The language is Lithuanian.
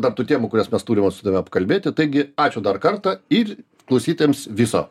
dar tų temų kurias mes turim vat su tavim apkalbėti taigi ačiū dar kartą ir klausytojams viso